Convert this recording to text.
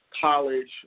college